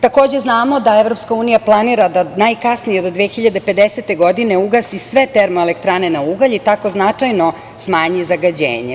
Takođe, znamo da EU planira da najkasnije do 2050. godine ugasi sve termoelektrane na ugalj i tako značajno smanji zagađenje.